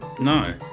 no